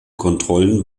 kontrollen